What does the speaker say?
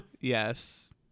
Yes